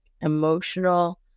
emotional